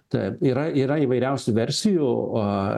taip yra yra įvairiausių versijų o